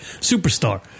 superstar